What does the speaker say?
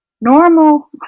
normal